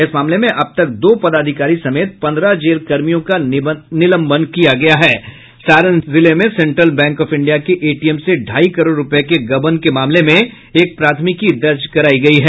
इस मामले में अब तक दो पदाधिकारी समेत पन्द्रह जेल कर्मियों का निलंबन किया गया है सारण जिले में सेन्ट्रल बैंक ऑफ इंडिया के एटीएम से ढ़ाई करोड़ रूपये के गबन के मामले में एक प्राथमिकी दर्ज करायी गयी है